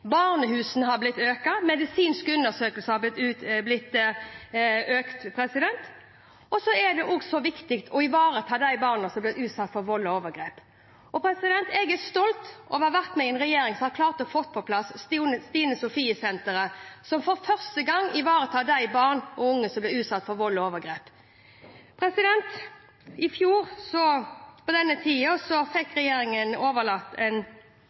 barnehusene er styrket, og medisinske undersøkelser er styrket. Det er også viktig å ivareta de barna som blir utsatt for vold og overgrep. Jeg er stolt over å ha vært med i en regjering som har klart å få på plass Stine Sofie Senteret, det første senteret som ivaretar barn og unge som blir utsatt for vold og overgrep. I fjor på denne tida fikk regjeringen en